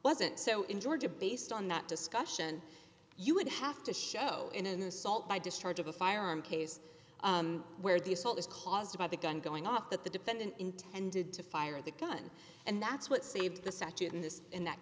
wasn't so in georgia based on that discussion you would have to show in an assault by discharge of a firearm case where the assault was caused by the gun going off that the defendant intended to fire the gun and that's what saved the statute in this in that